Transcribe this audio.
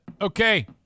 Okay